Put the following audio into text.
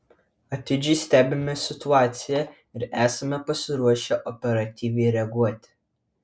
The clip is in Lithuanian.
atidžiai stebime situaciją ir esame pasiruošę operatyviai reaguoti